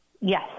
Yes